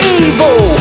evil